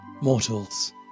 Mortals